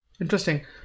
Interesting